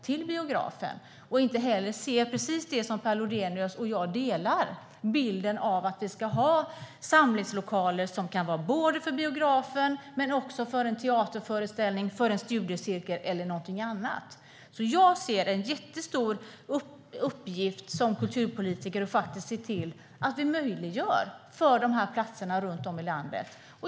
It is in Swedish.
De ser inte heller den bild som Per Lodenius och jag delar, bilden av att vi ska ha samlingslokaler som kan användas som biograf men också för en teaterföreställning, en studiecirkel eller något annat. Jag ser som kulturpolitiker en jättestor uppgift att se till att möjliggöra för de här platserna runt om i landet.